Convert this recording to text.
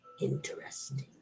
interesting